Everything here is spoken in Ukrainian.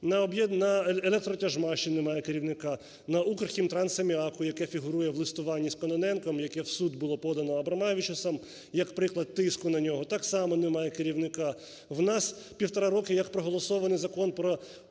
На "Електротяжмаші" немає керівника, на "Укрхімтрасаміаку", яке фігурує в листуванні з Кононенком, яке в суд було подано Абромавичусом як приклад тиску на нього, так само немає керівника. В нас як півтора роки як проголосований Закон про